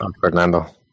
Fernando